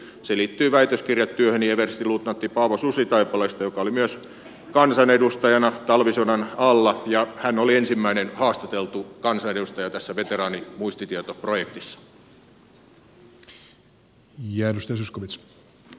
se liittyy väitöskirjatyöhöni everstiluutnantti paavo susitaipaleesta joka oli myös kansanedustajana talvisodan alla ja hän oli ensimmäinen haastateltu kansanedustaja tässä veteraanien muistitietoprojektissa